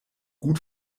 gut